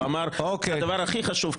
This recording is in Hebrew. הוא אמר: זה הדבר הכי חשוב,